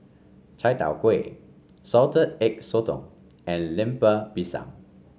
Chai Tow Kway Salted Egg Sotong and Lemper Pisang